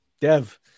Dev